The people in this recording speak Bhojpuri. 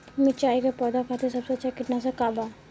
मिरचाई के पौधा खातिर सबसे अच्छा कीटनाशक का बा?